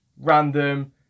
random